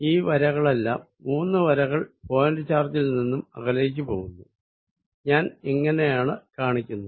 ഈ വരകളെല്ലാം മൂന്നു വരകൾ പോയിന്റ് ചാർജിൽ നിന്നും അകലേക്ക് പോകുന്നു ഞാൻ ഇങ്ങിനെയാണ് കാണിക്കുന്നത്